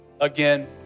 again